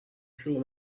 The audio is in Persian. شروع